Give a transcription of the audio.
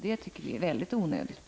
Det tycker vi är mycket onödigt.